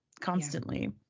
constantly